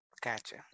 Gotcha